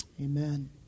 amen